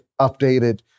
updated